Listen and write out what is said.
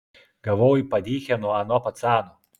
gavau į padychę nuo ano pacano